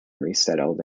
resettled